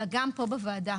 אלא גם פה בוועדה.